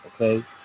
Okay